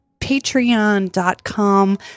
patreon.com